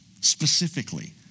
specifically